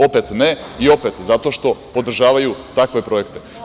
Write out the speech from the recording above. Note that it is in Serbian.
Opet ne i opet - zato što podržavaju takve projekte.